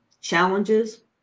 challenges